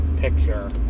picture